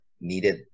needed